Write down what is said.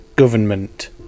Government